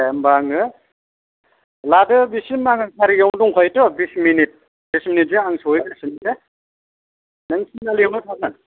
दे होनबा आङो लादो बिसिम आङो कारिगावआव दंखायोथ' बिसिम बिस मिनिट बिस मिनिटजों आं सहैगासिनो दे नों थिनालिआवनो थागोन